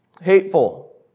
hateful